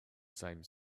same